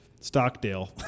Stockdale